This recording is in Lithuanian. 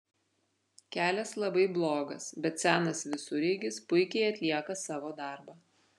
kelias labai blogas bet senas visureigis puikiai atlieka savo darbą